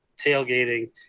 tailgating